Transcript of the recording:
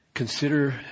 Consider